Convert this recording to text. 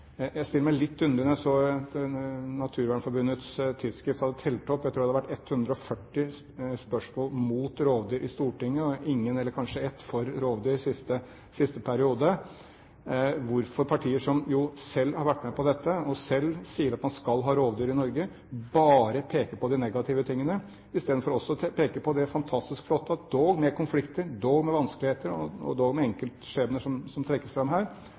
Jeg stiller meg litt undrende til det jeg så at Naturvernforbundets tidsskrift hadde telt opp. Jeg tror det hadde vært 140 spørsmål mot rovdyr i Stortinget og ingen – eller kanskje ett – for rovdyr siste periode. Hvorfor peker partier som selv har vært med på dette, og selv sier at man skal ha rovdyr i Norge, bare på de negative tingene i stedet for også å peke på det fantastisk flotte? Dog med konflikter, dog med vanskeligheter og dog med enkeltskjebner som trekkes fram her,